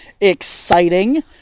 exciting